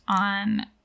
on